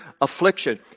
affliction